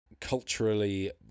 culturally